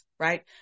Right